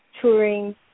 touring